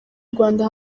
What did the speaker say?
rwanda